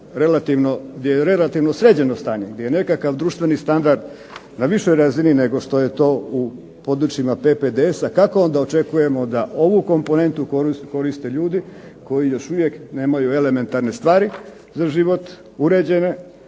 relativno sređeno stanje, gdje je nekakav društveni standard na višoj razini nego što je to u područjima PPDS-a, kako onda očekujemo da ovu komponentu koriste ljudi koji još uvijek nemaju elementarne stvari za život uređene,